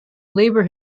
labor